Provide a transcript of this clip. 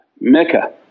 Mecca